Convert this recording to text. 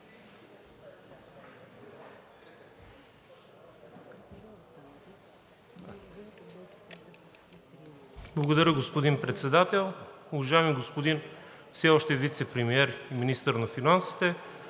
Благодаря, господин Председател. Уважаеми господин все още Вицепремиер и министър на финансите,